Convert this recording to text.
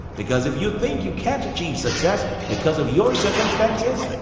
because if you think you can't achieve success because of your circumstances,